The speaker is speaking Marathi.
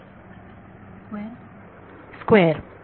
विद्यार्थी स्क्वेअर वर्ग स्क्वेअर